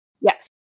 Yes